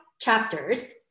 chapters